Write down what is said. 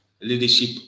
leadership